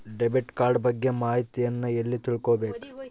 Debit card ಬಗ್ಗೆ ಮಾಹಿತಿಯನ್ನ ಎಲ್ಲಿ ತಿಳ್ಕೊಬೇಕು?